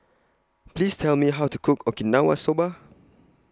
Please Tell Me How to Cook Okinawa Soba